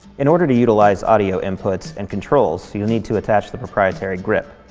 in order to utilize audio inputs and controls, you'll need to attach the proprietary grip.